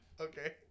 Okay